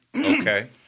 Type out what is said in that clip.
Okay